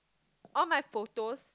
all my photos